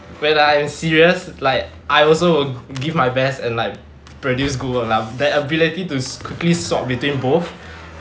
when I'm serious like I also will give my best and like produce good work lah that ability to quickly swap between both